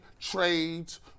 trades